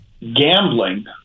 gambling